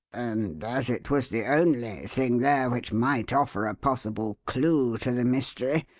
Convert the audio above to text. and as it was the only thing there which might offer a possible clue to the mystery,